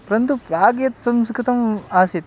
परन्तु प्राग् यत् संस्कृतम् आसीत्